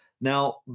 Now